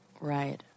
Right